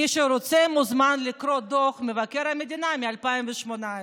מי שרוצה מוזמן לקרוא את דוח מבקר המדינה מ-2018.